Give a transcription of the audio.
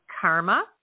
karma